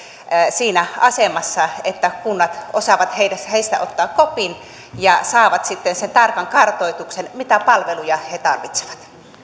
siinä asemassa että kunnat osaavat heistä ottaa kopin ja saavat sitten sen tarkan kartoituksen siitä mitä palveluja he tarvitsevat